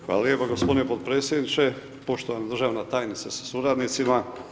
Hvala lijepo gospodine potpredsjedniče, poštovana državna tajnice sa suradnicima.